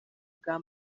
bwa